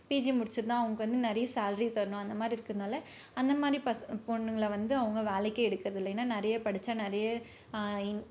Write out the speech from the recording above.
PG முடிச்சுருந்தா அவங்க வந்து நிறைய சேல்ரி தரணும் அந்த மாதிரி இருக்கனால அந்த மாதிரி பஸ் பொண்ணுங்களை வந்து அவங்க வேலைக்கே எடுக்கிறதில்ல ஏன்னால் நிறைய படித்தா நிறைய இன்